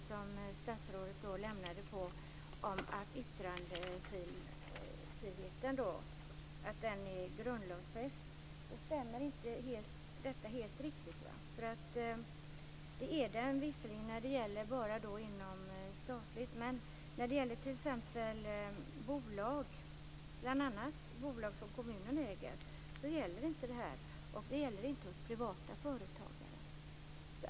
Statsrådet svarade att yttrandefriheten är grundlagsfäst. Det stämmer inte helt. Det är den visserligen, men det gäller bara inom statlig verksamhet. När det gäller t.ex. bolag - bl.a. bolag som kommunen äger - gäller det inte. Det gäller inte hos privata företagare.